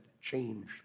change